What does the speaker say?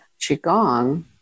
Qigong